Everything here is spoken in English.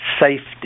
Safety